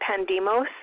pandemos